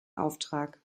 auftrag